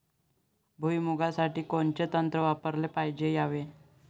भुइमुगा साठी कोनचं तंत्र वापराले पायजे यावे?